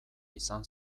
izan